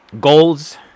goals